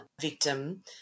victim